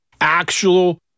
actual